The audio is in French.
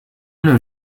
nos